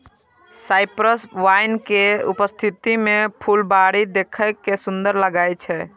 cypress vine के उपस्थिति सं फुलबाड़ी देखै मे सुंदर लागै छै